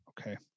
Okay